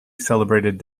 celebrated